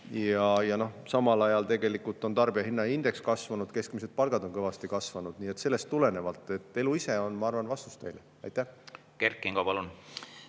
Samal ajal tegelikult on tarbijahinnaindeks kasvanud, keskmised palgad on kõvasti kasvanud. Nii et sellest tulenevalt elu ise on, ma arvan, vastus teile. Aitäh!